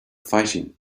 fighting